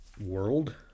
world